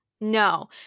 no